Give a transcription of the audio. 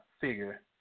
figure